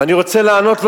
ואני רוצה לענות לו,